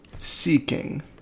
Seeking